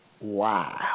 wow